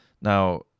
Now